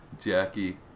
Jackie